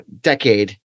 decade